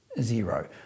zero